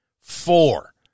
Four